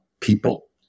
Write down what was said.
People